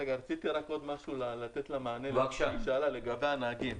רציתי עוד לתת מענה לשאלה שהיא שאלה לגבי הנהגים.